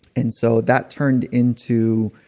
and so that turned into